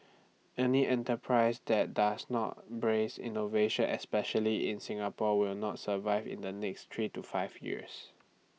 any enterprise that does not brace innovation especially in Singapore will not survive in the next three to five years